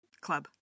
club